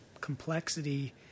complexity